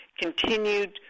continued